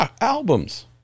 albums